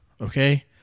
okay